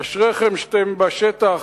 אשריכם שאתם בשטח,